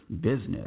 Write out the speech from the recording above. business